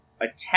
attack